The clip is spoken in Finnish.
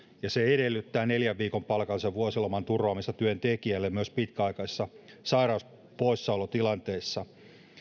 ja se edellyttää neljän viikon palkallisen vuosiloman turvaamista työntekijälle myös pitkäaikaisissa sairauspoissaolotilanteissa